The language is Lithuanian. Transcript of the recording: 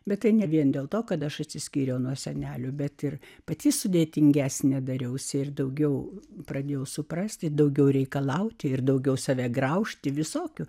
bet tai ne vien dėl to kad aš atsiskyriau nuo senelių bet ir pati sudėtingesnė dariausi ir daugiau pradėjau suprasti daugiau reikalauti ir daugiau save graužti visokių